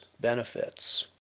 benefits